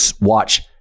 watch